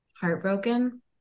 heartbroken